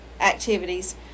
Activities